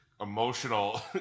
emotional